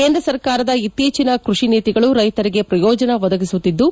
ಕೇಂದ್ರ ಸರ್ಕಾರದ ಇತ್ತೀಚಿನ ಕೃಷಿ ನೀತಿಗಳು ರೈತರಿಗೆ ಪ್ರಯೋಜನ ಒದಗಿಸುತ್ತಿದ್ದು